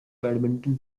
badminton